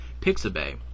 pixabay